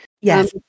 Yes